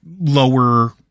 lower